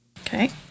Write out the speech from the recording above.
Okay